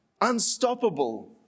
unstoppable